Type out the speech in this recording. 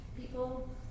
people